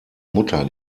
mutter